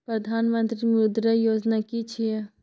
प्रधानमंत्री मुद्रा योजना कि छिए?